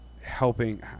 helping